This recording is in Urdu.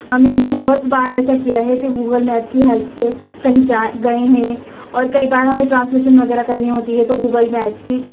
اور میں نے تو بہت بار ایسا کیا ہے کہ گوگل میپ کی ہیلپ سے کہیں جا گئے ہیں اور کئی بار ہمیں ٹرانسلیشن وغیرہ کرنی ہوتی ہے تو گوگل میپ کی